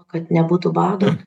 kad nebūtų bado